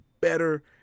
better